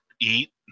eat